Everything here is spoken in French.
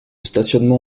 stationnement